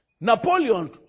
napoleon